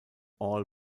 all